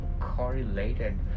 correlated